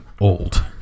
old